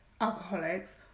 Alcoholics